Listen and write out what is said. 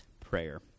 prayer